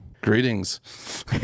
Greetings